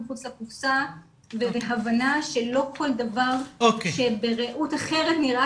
מחוץ לקופסה ובהבנה שלא כל דבר שבראות אחרת נראה